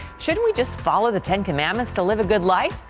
shouldn't we just follow the ten commandments to live a good life?